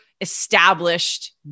established